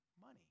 money